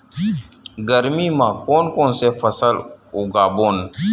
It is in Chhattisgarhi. गरमी मा कोन कौन से फसल उगाबोन?